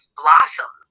blossom